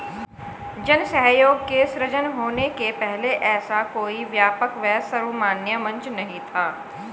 जन सहयोग के सृजन होने के पहले ऐसा कोई व्यापक व सर्वमान्य मंच नहीं था